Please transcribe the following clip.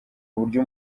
uburyo